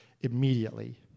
immediately